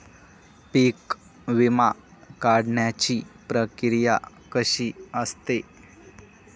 पीक विमा काढण्याची प्रक्रिया कशी असते?